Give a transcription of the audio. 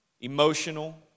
emotional